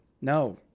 no